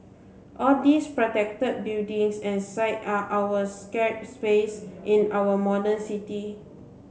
all these protected buildings and sites are our sacred spaces in our modern city